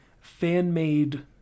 fan-made